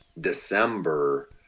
December